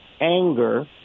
anger